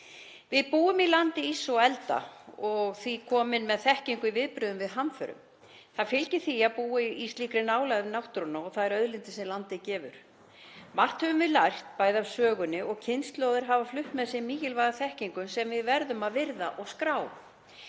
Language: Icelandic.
Við búum í landi íss og elda og því komin með þekkingu í viðbrögðum við hamförum. Það fylgir því að búa í slíkri nálægð við náttúruna og þær auðlindir sem landið gefur. Margt höfum við lært bæði af sögunni og kynslóðir hafa flutt með sér mikilvæga þekkingu sem við verðum að virða og skrá,